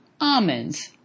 almonds